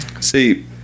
See